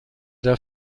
der